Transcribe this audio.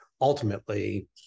ultimately